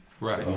right